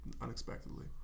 unexpectedly